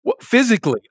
Physically